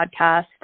podcast